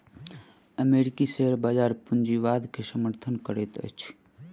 अमेरिकी शेयर बजार पूंजीवाद के समर्थन करैत अछि